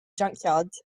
junkyard